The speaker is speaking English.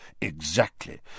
Exactly